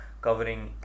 covering